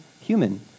human